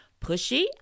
pushy